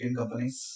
companies